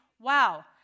wow